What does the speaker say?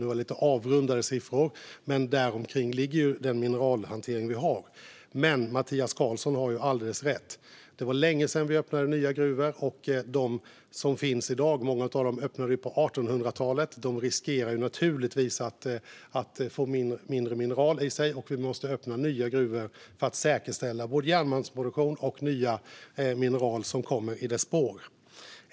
Det är lite avrundade siffror, men däromkring ligger vår mineralhantering. Mattias Karlsson har dock alldeles rätt. Det var länge sedan vi öppnade nya gruvor, och många av de som finns i dag öppnade vi på 1800-talet. De riskerar naturligtvis att få mindre mineral i sig. Vi måste öppna nya gruvor för att säkerställa järnmalmsproduktion och nya mineral som kommer i dess spår.